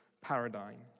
paradigm